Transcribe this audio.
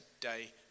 day